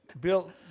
Bill